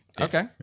Okay